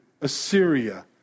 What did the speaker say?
Assyria